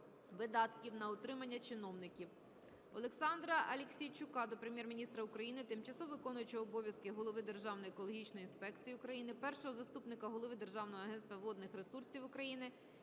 видатків на утримання чиновників.